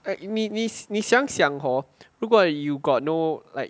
like 你你想想 hor 如果 like you got no like